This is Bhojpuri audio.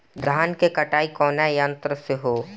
धान क कटाई कउना यंत्र से हो?